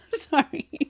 Sorry